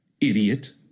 idiot